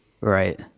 Right